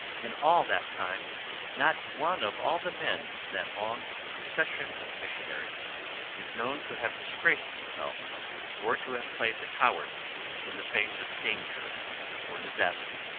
in all that time not one of all the men in that long procession of missionaries is known to have disgraced himself or to have played the coward in the face of danger or disaster.